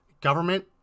government